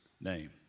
name